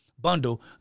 bundle